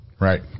Right